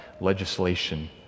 legislation